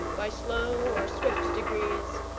by slow or swift degrees,